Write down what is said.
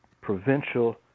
provincial